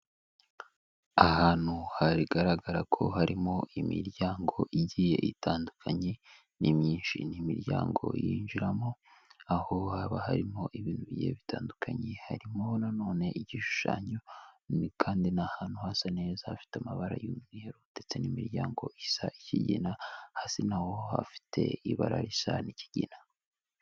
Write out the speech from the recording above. Ahantu hagaragara ko harimo imiryango igiye itandukanye. Ni myinshi, ni imiryango yinjiramo, aho haba harimo ibintu bigiye bitandukanye harimo na none igishushanyo, igipande ni ahantu hasa neza hafite amabara y'umweru ndetse n'imiryango isa ikigina, hasi naho hafite ibara risa n'ikigina.